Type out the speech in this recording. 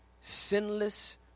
sinless